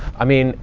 i mean,